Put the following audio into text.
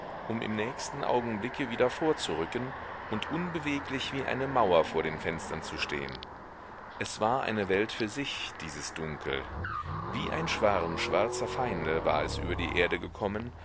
um im nächsten augenblicke wieder vorzurücken und unbeweglich wie eine mauer vor den fenstern zu stehen es war eine welt für sich dieses dunkel wie ein schwarm schwarzer feinde war es über die erde gekommen